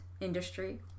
industry